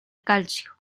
calcio